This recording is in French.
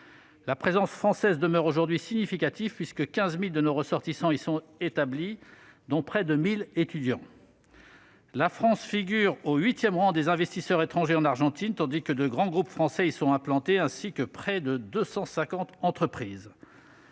La présence française en Argentine demeure aujourd'hui significative, puisque 15 000 de nos ressortissants y sont établis, notamment près de 1 000 étudiants. La France figure au huitième rang des investisseurs étrangers en Argentine, tandis que de grands groupes français y sont implantés, ainsi que près de 250 entreprises.